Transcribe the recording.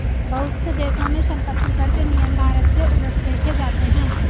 बहुत से देशों में सम्पत्तिकर के नियम भारत से उलट देखे जाते हैं